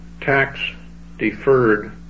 tax-deferred